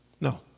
No